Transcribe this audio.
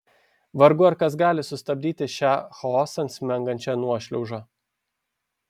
vargu ar kas gali sustabdyti šią chaosan smengančią nuošliaužą